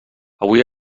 avui